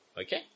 Okay